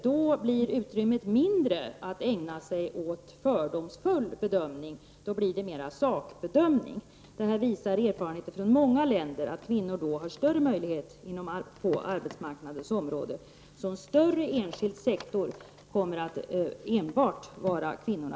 Då blir utrymmet mindre att ägna sig åt fördomsfull bedömning, i stället blir det än mera saklig bedömning. Erfarenheter från många länder visar att kvinnor har större möjligheter på arbetsmarknaden om där finns en större enskild sektor. En sådan är enbart av godo för kvinnorna.